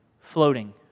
floating